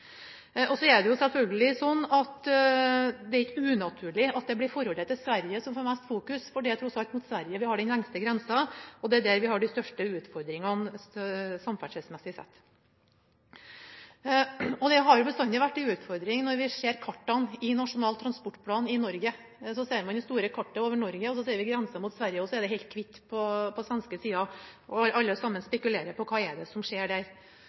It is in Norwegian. Så er det selvfølgelig sånn at det ikke er unaturlig at det blir forholdet til Sverige som får mest fokusering, fordi det er tross alt mot Sverige vi har den lengste grensa, og der vi har de største utfordringene på samferdselssektoren. Det har bestandig vært en utfordring når vi ser kartene i Nasjonal transportplan. Man ser det store kartet over Norge, og vi ser grensa mot Sverige, og det er helt hvitt på den svenske sida. Alle spekulerer på hva som skjer der. Jeg mener at hvis man tar Meråkerbanen og det som er utfordringene der